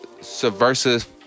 Subversive